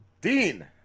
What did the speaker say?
dean